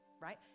right